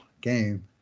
game